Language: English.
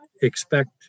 expect